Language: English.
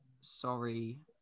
sorry